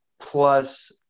plus